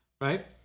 right